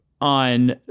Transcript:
on